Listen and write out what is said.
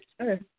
sure